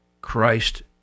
Christ